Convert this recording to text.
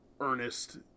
earnest